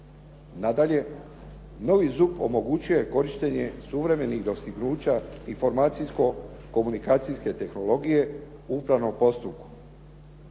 Nadalje, novi ZUP omogućuje korištenje suvremenih dostignuća informacijsko-komunikacijske tehnologije u upravnom postupku.